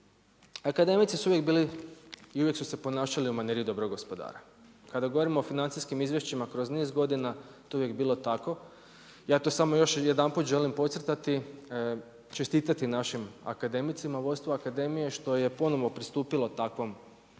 Akademici su uvijek bili i uvijek su se ponašali u maniri dobrog gospodara. Kada govorimo o financijskim izvješćima kroz niz godina, to je uvijek bilo tako, ja to samo još jedanput želim podcrtati, čestitati našim akademicima u vodstvu akademije što je ponovno pristupila takvom